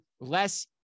less